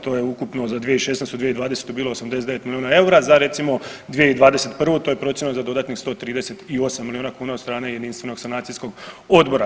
To je ukupno za 2016., 2020. bilo 89 milijuna eura za recimo 2021. to je procijenjeno za dodatnih 138 milijuna kuna od strane Jedinstvenog sanacijskog odbora.